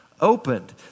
opened